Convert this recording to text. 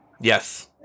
Yes